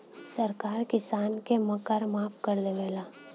सरकार किसान क कर माफ कर देवला